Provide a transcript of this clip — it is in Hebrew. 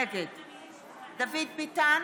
נגד דוד ביטן,